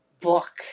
book